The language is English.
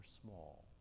small